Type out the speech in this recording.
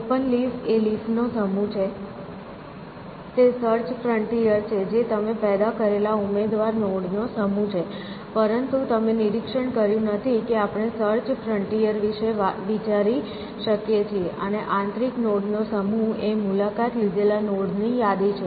open leaf એ leaf નો સમૂહ છે તે સર્ચ ફ્રન્ટિયર છે જે તમે પેદા કરેલા ઉમેદવાર નોડ નો સમૂહ છે પરંતુ તમે નિરીક્ષણ કર્યું નથી કે આપણે સર્ચ ફ્રન્ટિયર વિશે વિચારી શકીએ છીએ અને આંતરિક નોડ નો સમૂહ એ મુલાકાત લીધેલા નોડ ની યાદી છે